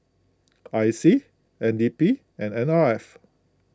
I C N D P and N R F